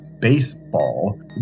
baseball